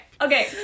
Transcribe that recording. Okay